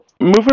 moving